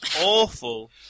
Awful